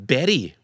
Betty